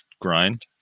grind